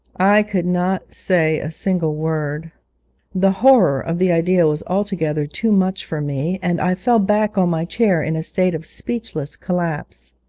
i could not say a single word the horror of the idea was altogether too much for me, and i fell back on my chair in a state of speechless collapse.